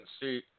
see